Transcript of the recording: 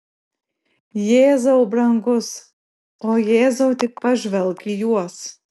jėzau brangus o jėzau tik pažvelk į juos